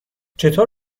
چطور